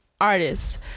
artists